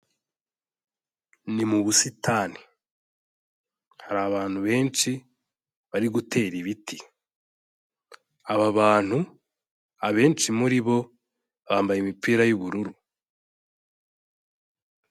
Ni mu busitani hari abantu benshi bari gutera ibiti aba bantu abenshi muri bo bambaye imipira y'ubururu.